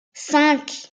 cinq